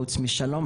חוץ משלום.